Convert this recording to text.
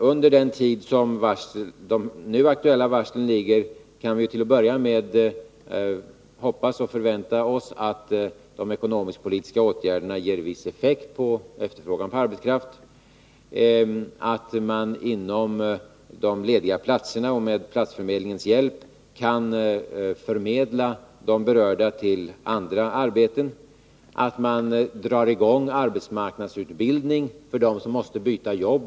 Under den tid som nu aktuella varsel ligger kan vi till att börja med hoppas och förvänta oss att de ekonomisk-politiska åtgärderna ger viss effekt på efterfrågan på arbetskraft och att vi inom de lediga platsernas ram, med platsförmedlingens hjälp, kan förmedla de berörda till andra arbeten. Vi kan också hoppas att arbetsmarknadsutbildning dras i gång för dem som måste byta jobb.